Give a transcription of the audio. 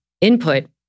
input